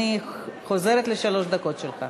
אני חוזרת לשלוש הדקות שלך.